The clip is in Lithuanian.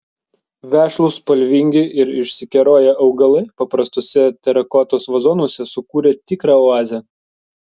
vešlūs spalvingi ir išsikeroję augalai paprastuose terakotos vazonuose sukūrė tikrą oazę